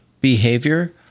behavior